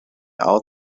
all